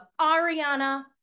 Ariana